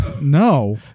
No